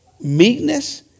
Meekness